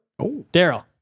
Daryl